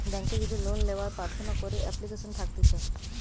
বেংকে যদি লোন লেওয়ার প্রার্থনা করে এপ্লিকেশন থাকতিছে